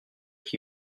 qui